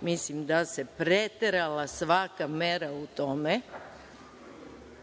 mislim da se preterala svaka mera u tome,